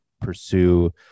pursue –